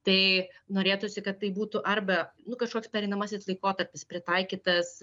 tai norėtųsi kad tai būtų arba nu kažkoks pereinamasis laikotarpis pritaikytas